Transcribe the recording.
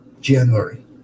january